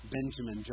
Benjamin